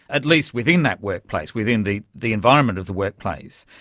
at least within that workplace, within the the environment of the workplace,